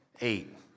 eight